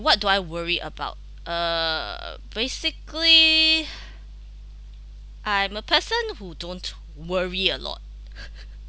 what do I worry about uh basically I'm a person who don't worry a lot